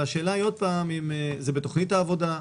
והשאלה היא עוד פעם: האם זה בתוכנית העבודה?